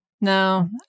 No